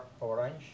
Orange